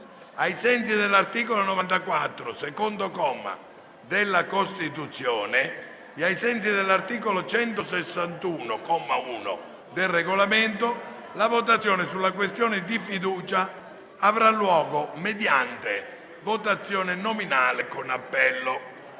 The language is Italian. ai sensi dell'articolo 94, secondo comma, della Costituzione e ai sensi dell'articolo 161, comma 1, del Regolamento, la votazione sulla questione di fiducia avrà luogo mediante votazione nominale con appello.